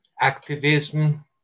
activism